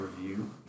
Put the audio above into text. review